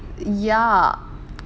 ya